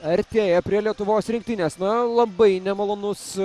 artėja prie lietuvos rinktinės na labai nemalonus